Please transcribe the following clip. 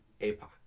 A-P-O